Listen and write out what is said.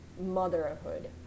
motherhood